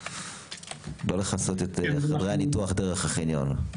לא לכסות את חדרי הניתוח דרך החניון.